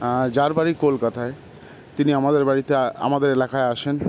যার বাড়ি কলকাতায় তিনি আমাদের বাড়িতে আমাদের এলাকায় আসেন